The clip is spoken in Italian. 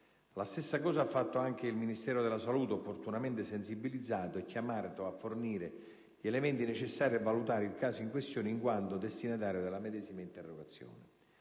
La stessa cosa ha fatto il Ministero della salute, opportunamente sensibilizzato e chiamato a fornire gli elementi necessari a valutare il caso in questione, in quanto destinatario della medesima interrogazione.